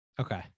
Okay